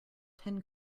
ten